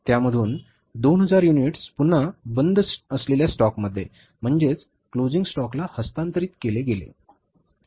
त्यामधून 2000 युनिट्स पुन्हा बंद असलेल्या स्टॉकमध्ये म्हणजेच क्लोजिंग स्टॉक ला हस्तांतरित केले गेले